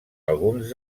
alguns